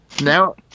Now